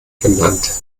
genannt